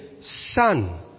son